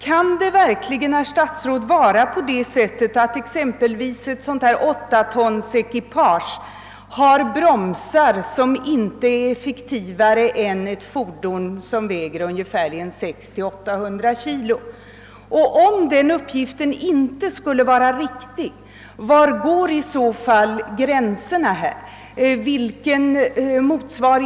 Kan det verkligen, herr statsråd, vara så, att ett åttatonsekipage av detta slag har bromsar, som inte är effektivare än bromsarna på ett fordon på 600—800 kg? Om denna uppgift inte skulle vara riktig, vill jag fråga var gränserna i så fall går.